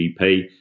GDP